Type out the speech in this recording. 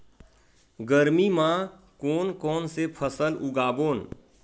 गरमी मा कोन कौन से फसल उगाबोन?